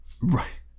right